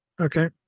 Okay